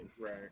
Right